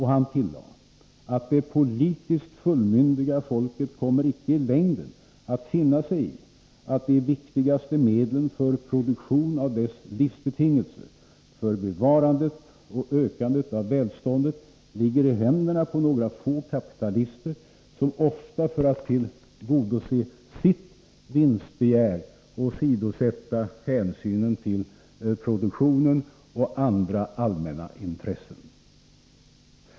Han tillade, att det politiskt fullmyndiga folket kommer icke i längden att finna sig i att de viktigaste medlen för produktion av dess livsbetingelser och för bevarandet och ökandet av välståndet, ligger i händerna på några få kapitalister, som ofta för att tillgodose sitt vinstbegär, åsidosätter hänsynen till produktionen och andra allmänna intressen.